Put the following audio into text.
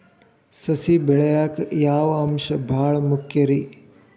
ಸಸಿ ಬೆಳೆಯಾಕ್ ಯಾವ ಅಂಶ ಭಾಳ ಮುಖ್ಯ ರೇ?